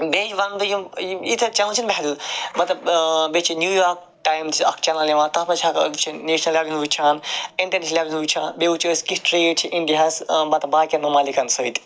بیٚیہِ وَنہ بہٕ یِم یۭژاہ چَنلہٕ مَطلَب بیٚیہِ چھِ نِویارک ٹایم تہِ چھِ اکھ چَنَل یِوان تتھ مَنٛز چھِ ہیٚکان وٕچھِتھ نیشنَل لیٚولہِ ہُنٛد وٕچھان اِنٹرنیشنَل لیٚولہ ہُنٛد وٕچھان بیٚیہِ وٕچھو أسۍ کیُتھ ٹریٖٹ چھُ انڈیاہَس مَطلَب باقیَن مَمالِکَن سۭتۍ